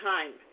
Time